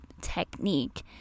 technique